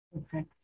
Okay